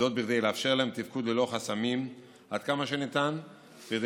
זאת בכדי לאפשר להם תפקוד ללא חסמים עד כמה שניתן כדי